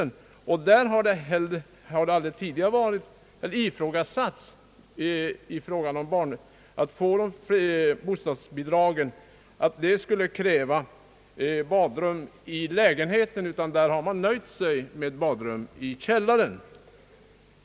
Beträffande sådana har aldrig tidigare krav på badrum i lägenheten ifrågasatts, utan det har räckt med badrum i källaren.